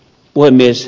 puhemies